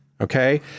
okay